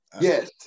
Yes